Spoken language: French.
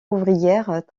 ouvrière